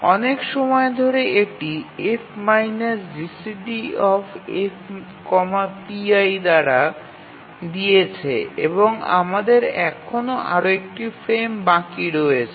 অনেক সময় ধরে এটি F GCDF pi দ্বারা দিয়েছে এবং আমাদের এখনও আরও একটি ফ্রেম বাকি রয়েছে